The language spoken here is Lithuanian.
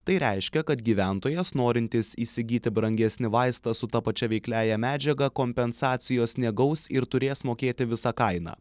tai reiškia kad gyventojas norintis įsigyti brangesnį vaistą su ta pačia veikliąja medžiaga kompensacijos negaus ir turės mokėti visą kainą